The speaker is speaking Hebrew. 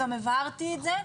גם הבהרתי את זה,